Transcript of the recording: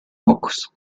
pocos